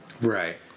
Right